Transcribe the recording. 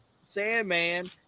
Sandman